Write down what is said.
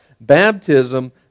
baptism